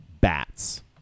bats